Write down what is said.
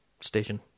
station